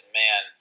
man